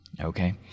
Okay